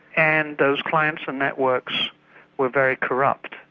and those clients and networks were very corrupt.